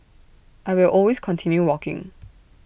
I will always continue walking